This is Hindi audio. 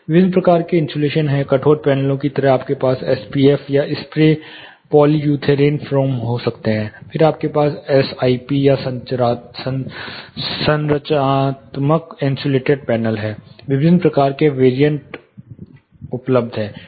विभिन्न प्रकार के इन्सुलेशन हैं कठोर पैनलों की तरह आपके पास एसपीएफ़ या स्प्रे पॉलीयूरेथेन फोम हो सकता है फिर आपके पास एसआईपी या संरचनात्मक इंसुलेटेड पैनल है विभिन्न प्रकार के वेरिएंट उपलब्ध हैं